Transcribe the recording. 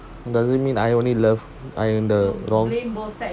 doesn't mean I only love and ah wrong